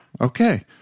okay